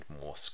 more